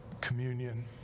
communion